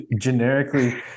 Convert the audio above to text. generically